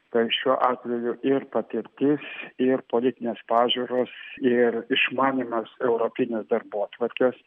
tai šiuo atveju ir patirtis ir politinės pažiūros ir išmanymas europinės darbotvarkės